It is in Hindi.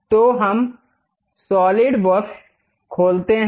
तो अब हम सॉलिडवर्क्स खोलते हैं